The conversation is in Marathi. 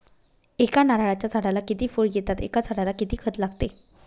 एका नारळाच्या झाडाला किती फळ येतात? एका झाडाला किती खत लागते?